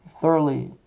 thoroughly